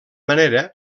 manera